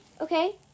Okay